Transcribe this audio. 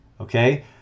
Okay